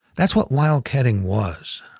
that's what wildcatting was.